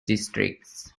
districts